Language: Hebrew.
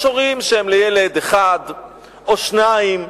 יש הורים לילד אחד או שניים,